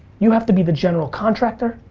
you have to be the general contractor,